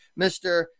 Mr